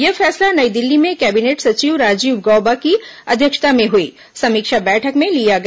यह फैसला नई दिल्ली में कैबिनेट सचिव राजीव गौबा की अध्यक्षता में हुई समीक्षा बैठक में लिया गया